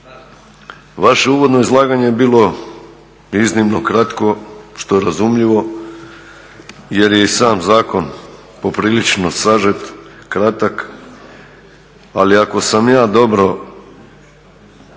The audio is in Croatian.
vaše uvodno izlaganje je bilo iznimno kratko, što je razumljivo jer je i sam zakon poprilično sažet, kratak, ali ako sam ja dobro